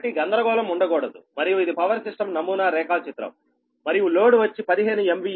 కాబట్టి గందరగోళం ఉండకూడదు మరియు ఇది పవర్ సిస్టం నమూనా రేఖాచిత్రం మరియు లోడ్ వచ్చి 15 MVA 0